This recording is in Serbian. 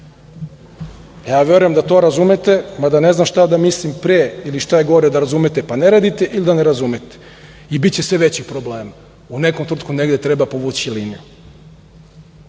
konstantna. Verujem da to razumete, mada ne znam šta da mislim pre ili šta je gore - da razumete, pa da ne radite ili da ne razumete i biće sve većih problema. U nekom trenutku negde treba povući liniju.Za